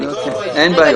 תודה רבה.